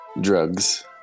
Drugs